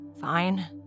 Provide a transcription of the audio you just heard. Fine